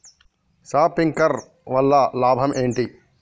Sprinkler వల్ల లాభం ఏంటి?